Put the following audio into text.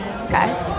Okay